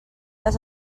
les